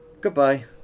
Goodbye